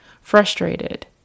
Frustrated